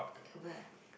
at where